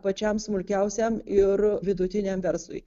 pačiam smulkiausiam ir vidutiniam verslui